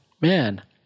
man